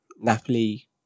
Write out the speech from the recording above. Napoli